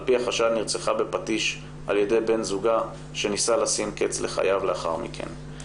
על פי החשד נרצחה בפטיש על ידי בן זוגה שניסה לשים קץ לחייו לאחר מכן.